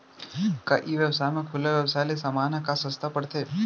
का ई व्यवसाय म खुला व्यवसाय ले समान ह का सस्ता पढ़थे?